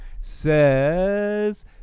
says